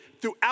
throughout